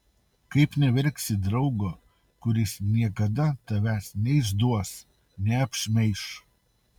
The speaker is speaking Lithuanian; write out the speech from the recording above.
kaip neverksi draugo kuris niekada tavęs neišduos neapšmeiš